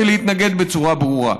ולהתנגד בצורה ברורה.